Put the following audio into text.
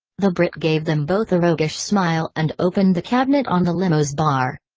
the brit gave them both a roguish smile and opened the cabinet on the limo's bar.